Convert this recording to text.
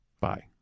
Bye